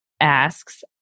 asks